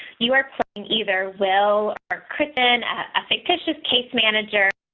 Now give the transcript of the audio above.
you are playing either will or kristen a fictitious case manager,